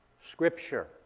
scripture